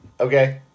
Okay